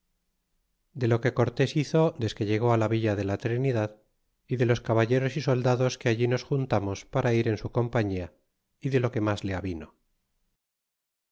de lo que cortes hizo desque llegó la villa de la trinidad y de los caballeros y soldados que all nos juntamos para ir en su compañia y de lo que mas le avino